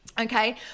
okay